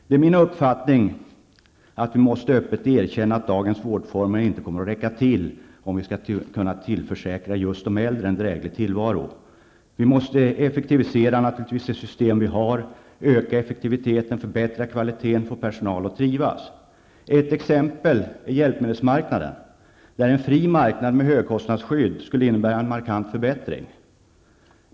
Det är min uppfattning att vi öppet måste erkänna att dagens vårdformer inte kommer att räcka till om vi skall kunna tillförsäkra de äldre en dräglig tillvaro. Vi måste naturligtvis reformera de system vi har, öka effektiviteten, förbättra kvaliteten och få personal att trivas. Ett exempel är hjälpmedelsmarknaden, där en fri marknad med högkostnadsskydd skulle innebära en markant förbättring.